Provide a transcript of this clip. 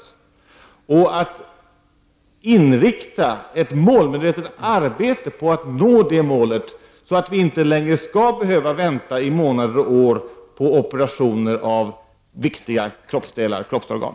Är regeringen beredd inrikta ett målmedvetet arbete på att nå det målet, så att vi inte längre skall behöva vänta i månader och år på operationer av viktiga kroppsorgan?